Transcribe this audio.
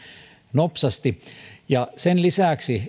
nopsasti sen lisäksi